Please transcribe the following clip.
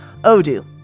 Odoo